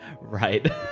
right